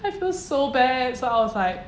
I feel so bad so I was like